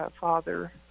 father